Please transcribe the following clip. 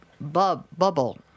bubble